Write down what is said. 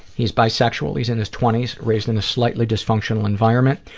he's bisexual, he's in his twenties, raised in a slightly dysfunctional environment.